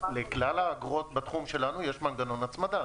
לכלל האגרות בתחום שלנו יש מנגנון הצמדה.